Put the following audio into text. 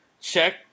Check